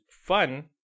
fun